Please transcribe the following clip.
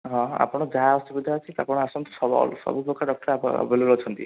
ହଁ ଆପଣ ଯାହା ଅସୁବିଧା ଅଛି ଆପଣ ଆସନ୍ତୁ ସବୁ ପ୍ରକାର ଡକ୍ଟର ଆଭେଲେବୁଲ୍ ଅଛନ୍ତି